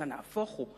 אלא נהפוך הוא.